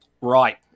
Right